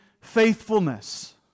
faithfulness